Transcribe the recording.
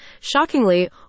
Shockingly